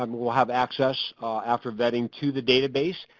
um will will have access after vetting, to the database.